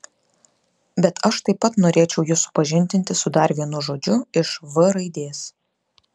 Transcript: bet aš taip pat norėčiau jus supažindinti su dar vienu žodžiu iš v raidės